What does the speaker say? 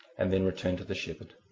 and then return to the shepherd.